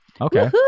okay